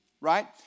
right